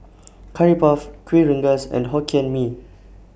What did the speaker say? Curry Puff Kuih Rengas and Hokkien Mee